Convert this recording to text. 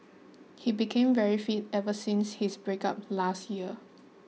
he became very fit ever since his breakup last year